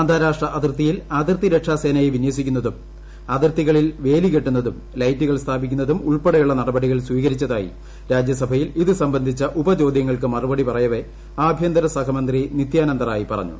അന്താരാഷ്ട്ര അതിർത്തിയിൽ അതിർത്തി വിന്യസിക്കുന്നതും അതിർത്തികളിൽ വേലികെട്ടുന്നതും വലൈറ്റുകൾ സ്ഥാപിക്കുന്നതും ഉൾപ്പെടെയുള്ള നടപടികൾ സ്വീകരിച്ചതായി രാജ്യസഭയിൽ ഇത് സംബന്ധിച്ചു ഉപചോദൃങ്ങൾക്ക് മറുപടി പറയവേ ആഭ്യന്തര സഹമന്ത്രി നിത്യാനന്ദ റായ് പറഞ്ഞു